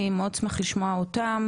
אני מאוד אשמח לשמוע אותם.